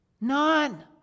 none